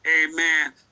amen